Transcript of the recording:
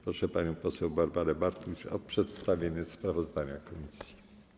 Proszę panią poseł Barbarę Bartuś o przedstawienie sprawozdania komisji.